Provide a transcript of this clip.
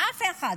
אף אחד.